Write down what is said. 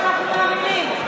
במה שאנחנו מאמינים.